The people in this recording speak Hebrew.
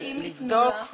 יתנו לה לישון.